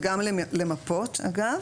וגם למפות אגב,